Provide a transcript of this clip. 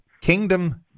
Kingdom